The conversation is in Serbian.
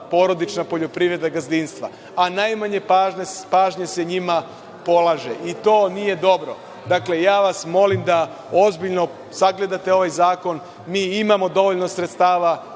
porodična poljoprivredna gazdinstva, a najmanje pažnje se njima polaže i to nije dobro. Dakle, molim vas da ozbiljno sagledate ovaj zakon. Mi imamo dovoljno sredstava.